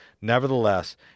Nevertheless